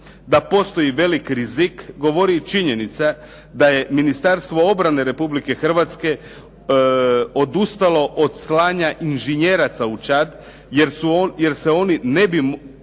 da postoji veliki rizik, govori i činjenica da je Ministarstvo obrane Republike Hrvatske odustalo od slanja inžinjeraca u Čad jer se oni ne bi recimo